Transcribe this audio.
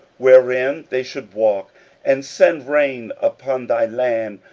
wherein they should walk and send rain upon thy land,